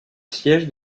siège